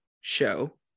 show